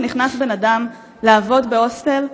כשנכנס בן אדם לעבוד בהוסטל,